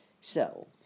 So